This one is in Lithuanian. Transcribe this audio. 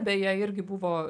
beje irgi buvo